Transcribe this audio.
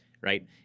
right